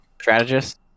Strategist